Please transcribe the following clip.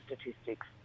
statistics